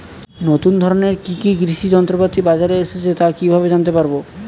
নতুন ধরনের কি কি কৃষি যন্ত্রপাতি বাজারে এসেছে তা কিভাবে জানতেপারব?